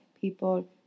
people